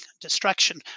destruction